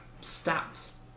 stops